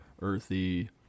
earthy